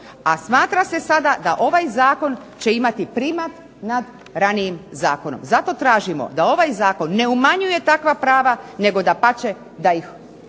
a smatra se sada da ovaj zakon će imati primat nad ranijim zakonom. Zato tražimo da ovaj zakon ne umanjuje takva prava nego dapače da ih uveća,